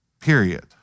Period